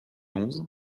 onze